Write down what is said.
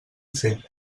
fer